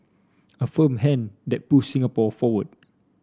a firm hand that pushed Singapore forward